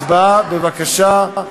הצבעה, בבקשה.